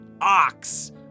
ox